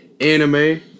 anime